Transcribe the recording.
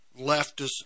leftist